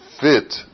fit